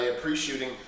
Pre-shooting